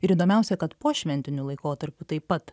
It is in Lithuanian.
ir įdomiausia kad pošventiniu laikotarpiu taip pat